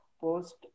post